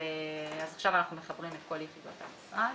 עכשיו אנחנו מחברים את כל יחידות המשרד.